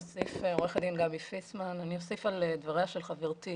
עו"ד גבי פיסמן, אני אוסיף על דבריה של חברתי.